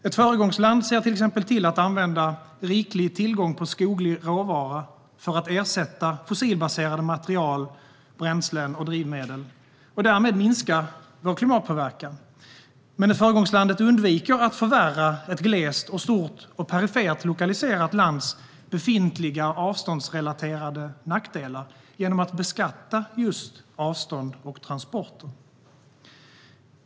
Ett föregångsland ser till exempel till att använda riklig tillgång på skoglig råvara till att ersätta fossilbaserade material, bränslen och drivmedel och därmed minska vår klimatpåverkan. Ett föregångsland undviker dock att förvärra ett glest, stort och perifert lokaliserat lands befintliga avståndsrelaterade nackdelar genom att beskatta just avstånd och transporter.